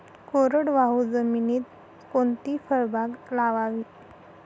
कोरडवाहू जमिनीत कोणती फळबाग लावावी?